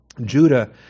Judah